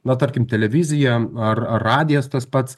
na tarkim televiziją ar ar radijas tas pats